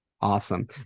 Awesome